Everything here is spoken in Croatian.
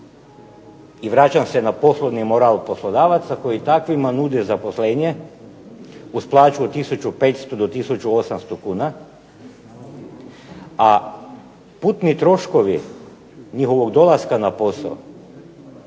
i vraćam se na poslovni moral poslodavaca koji takvima nude zaposlenje uz plaću od 1500 do 1800 kn, a putni troškovi njihovog dolaska na posao,